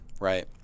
Right